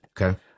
Okay